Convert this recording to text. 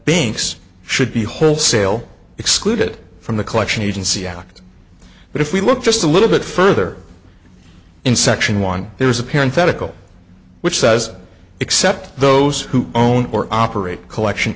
banks should be wholesale excluded from the collection agency act but if we look just a little bit further in section one it was apparent that a call which says except those who own or operate collection